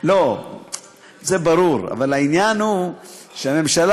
זה ברור, אבל העניין הוא שהממשלה